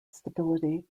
stability